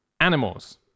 animals